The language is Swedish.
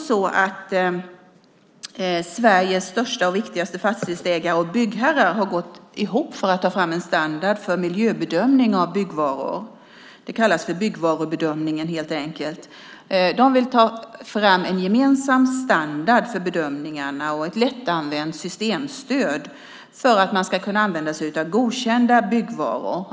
Sveriges största och viktigaste fastighetsägare och byggherrar har gått ihop för att ta fram en standard för miljöbedömning av byggvaror. Det kallas helt enkelt för byggvarubedömningen. De vill ta fram en gemensam standard för bedömningarna och ett lättanvänt systemstöd för att man ska kunna använda sig av godkända byggvaror.